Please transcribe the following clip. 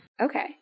Okay